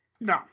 No